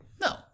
No